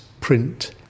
print